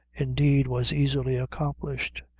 indeed, was easily accomplished,